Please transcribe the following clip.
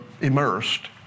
immersed